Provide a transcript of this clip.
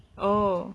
oh